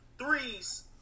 threes